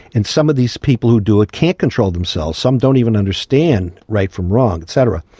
and some of these people who do it can't control themselves. some don't even understand right from wrong, et cetera.